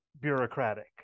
bureaucratic